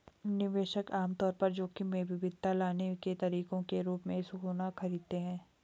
निवेशक आम तौर पर जोखिम में विविधता लाने के तरीके के रूप में सोना खरीदते हैं